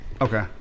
Okay